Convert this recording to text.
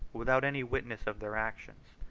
without any witnesses of their actions.